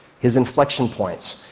his inflection points,